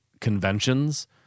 conventions